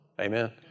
Amen